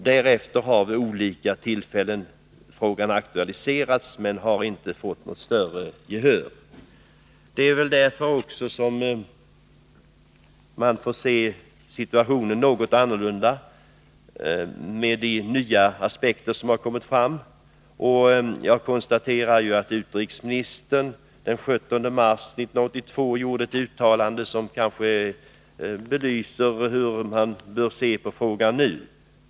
Därefter har förslaget aktualiserats vid olika tillfällen, men det har inte fått något större gehör. Situationen är något annorlunda med de nya aspekter som har kommit fram. Utrikesministern gjorde den 17 mars i år ett uttalande som kanske belyser hur man bör se på frågan nu.